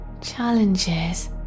Challenges